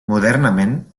modernament